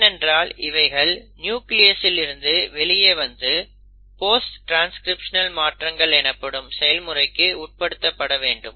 ஏனென்றால் இவைகள் நியூக்ளியஸ்ஸில் இருந்து வெளியே வந்து போஸ்ட் ட்ரான்ஸ்கிரிப்ஷனல் மாற்றங்கள் எனப்படும் செயல்முறைக்கு உட்படுத்தப்பட வேண்டும்